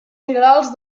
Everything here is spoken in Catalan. minerals